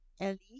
Ellie